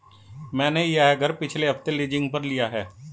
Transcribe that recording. मैंने यह घर पिछले हफ्ते लीजिंग पर लिया है